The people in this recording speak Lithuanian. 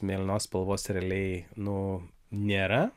mėlynos spalvos realiai nu nėra